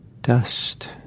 dust